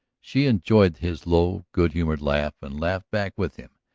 she enjoyed his low, good-humored laugh and laughed back with him,